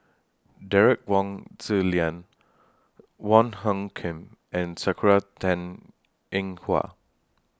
Derek Wong Zi Liang Wong Hung Khim and Sakura Teng Ying Hua